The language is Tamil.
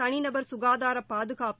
தனிநபர் சுகாதாரபாதுகாப்பு